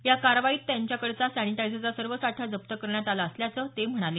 या कारवाईत त्यांच्याकडचा सॅनिटायझरचा सर्व साठा जप्त करण्यात आला असल्याचं ते म्हणाले